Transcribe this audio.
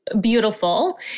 beautiful